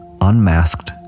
unmasked